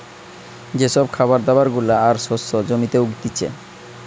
যে সব খাবার দাবার গুলা আর শস্য জমিতে উগতিচে